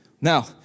Now